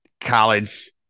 college